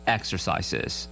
Exercises